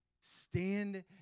Stand